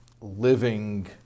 living